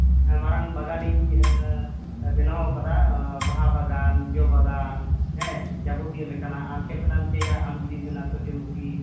ᱢᱟᱨᱟᱝ ᱵᱟᱜᱟᱱᱤᱧ ᱵᱮᱱᱟᱣ ᱟᱠᱟᱫᱟ ᱵᱟᱦᱟ ᱵᱟᱜᱟᱱ ᱡᱚ ᱵᱟᱜᱟᱱ ᱦᱮᱸ ᱡᱟᱵᱚᱛᱤᱭᱚ ᱞᱮᱠᱟᱱᱟᱜ ᱟᱢ ᱪᱮᱫ ᱞᱮᱠᱟᱱᱟᱜ ᱮᱢ ᱪᱟᱹᱭᱟ ᱟᱢ ᱡᱩᱫᱤᱢ ᱢᱮᱱᱟ ᱥᱩᱨᱡᱚᱢᱩᱠᱷᱤ